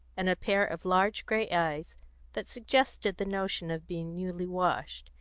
and a pair of large grey eyes that suggested the notion of being newly washed,